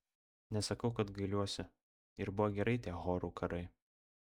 nesakau kad gailiuosi ir buvo gerai tie chorų karai